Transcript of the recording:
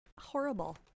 Horrible